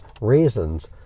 reasons